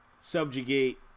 subjugate